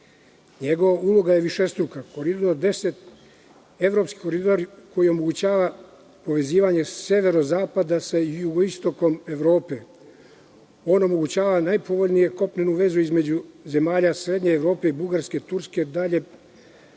uloga je višestruka. Koridor 10 je evropski koridor koji omogućava povezivanje severozapada sa jugoistokom Evrope. On omogućava najpovoljniju kopnenu vezu između zemalja srednje Evrope, Bugarske, Turske, Malom